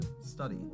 study